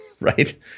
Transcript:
right